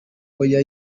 oya